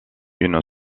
une